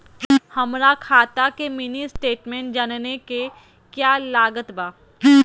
हमरा खाता के मिनी स्टेटमेंट जानने के क्या क्या लागत बा?